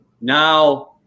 Now